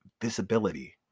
visibility